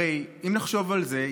הרי אם נחשוב על זה,